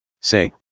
Say